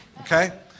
okay